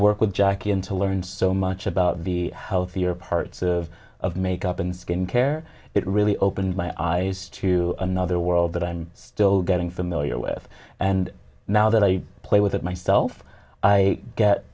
work with jackie and to learn so much about the healthier parts of of makeup and skin care it really opened my eyes to another world that i'm still getting familiar with and now that i play with myself i get